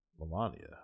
Melania